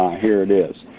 here it is,